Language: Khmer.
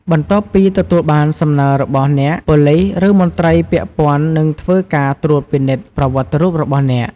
បន្ទាប់ពីទទួលបានសំណើរបស់អ្នក ប៉ូលីស ឬមន្ត្រីពាក់ព័ន្ធ នឹងធ្វើការត្រួតពិនិត្យប្រវត្តិរូបរបស់អ្នក។